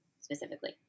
specifically